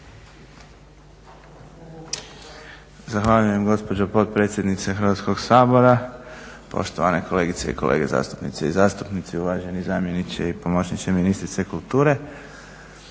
Zahvaljujem gospođo potpredsjednice Hrvatskog sabora. Poštovane kolegice i kolege zastupnice i zastupnici, uvaženi zamjeniče i pomoćniče ministrice kulture.